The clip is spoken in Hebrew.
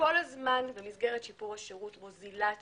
כל הזמן במסגרת שיפור השירות, מוזילה תעריפים,